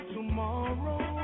Tomorrow